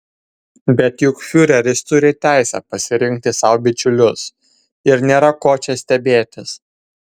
bet juk fiureris turi teisę pasirinkti sau bičiulius ir nėra ko čia stebėtis